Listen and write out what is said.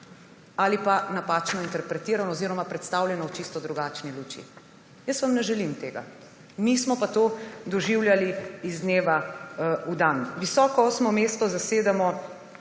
ali pa napačno interpretirano oziroma predstavljeno v čisto drugačni luči. Jaz vam ne želim tega. Mi smo pa to doživljali iz dneva v dan. Visoko osmo mesto zasedamo